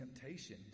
temptation